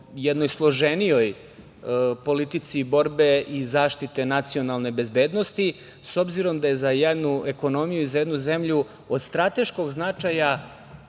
jednoj složenijoj politici borbe i zaštite nacionalne bezbednosti s obzirom da je za jednu ekonomiju i za jednu zemlju od strateškog značaja